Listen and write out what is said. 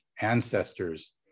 ancestors